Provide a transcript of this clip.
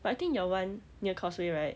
but I think your one near causeway right